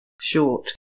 short